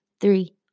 three